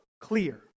clear